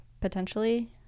potentially